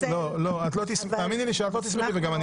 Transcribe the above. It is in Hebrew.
אנא תנמקו את הערעור שלכם שנוכל להשיב לכם ונוכל להתקדם.